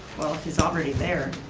well, if he's already there.